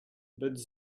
but